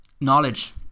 knowledge